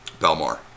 Belmar